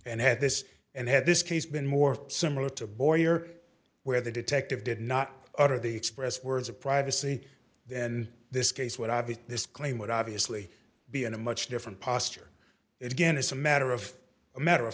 and had this and had this case been more similar to born here where the detective did not utter the expressed words of privacy then this case what i view this claim would obviously be in a much different posture it again is a matter of a matter of